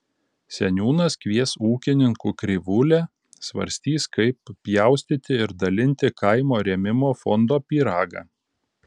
seniūnas kvies ūkininkų krivūlę svarstys kaip pjaustyti ir dalinti kaimo rėmimo fondo pyragą